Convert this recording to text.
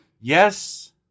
Yes